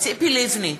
ציפי לבני,